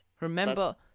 Remember